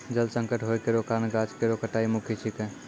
जल संकट होय केरो कारण गाछ केरो कटाई मुख्य छिकै